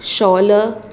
shawl